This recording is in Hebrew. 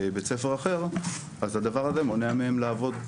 בבית ספר אחר אז הדבר הזה מונע מהם לעבוד,